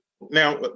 Now